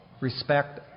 respect